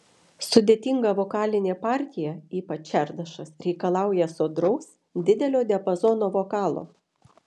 sudėtinga vokalinė partija ypač čardašas reikalauja sodraus didelio diapazono vokalo